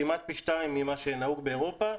כמעט פי שניים ממה שנהוג באירופה.